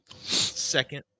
second